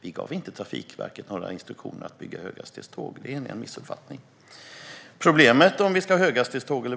Vi gav inte Trafikverket några instruktioner att bygga höghastighetståg. Det är en missuppfattning. Frågan om vi ska ha höghastighetståg eller